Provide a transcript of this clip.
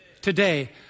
Today